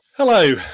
Hello